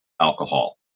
alcohol